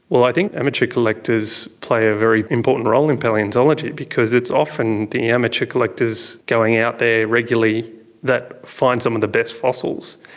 well, i think amateur collectors play a very important role in palaeontology because it's often the amateur collectors going out there regularly that find some of the best fossils.